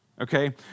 okay